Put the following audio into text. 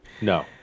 No